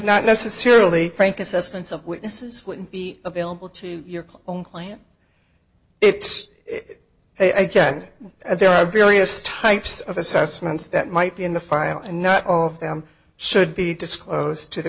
not necessarily frank assessments of witnesses would be available to your own claim it's again there are various types of assessments that might be in the file and not all of them should be disclosed to the